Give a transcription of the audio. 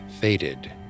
faded